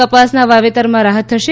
કપાસના વાવેતરમાં રાહત થશે